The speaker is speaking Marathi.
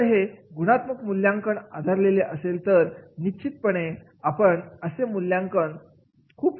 जर हे गुनात्मक मूल्यांकनावर आधारलेले असेल तर निश्चितपणे आपण असे मूल्यांकन ते खूप स्पष्टपणे करू शकतो